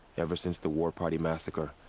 ever since the war party massacre.